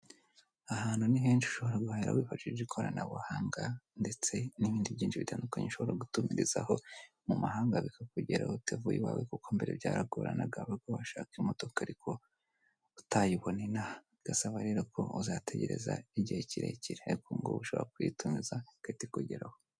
Ahantu ni henshi ushobora guhahira wifashisha ikoranabuhanga ndetse nibindi byinshi bitandukanye, ushobora gutumizaho mu mahanga bikakugeraho utavuye iwawe, kuko mbere byaragoranaga wabaga washaka imodoka ariko utayibona inaha, bigasaba rero ko uzategereza igihe kirekire , ariko ubungu ushobora kuyitumiza igahita ikugeraho.